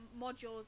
modules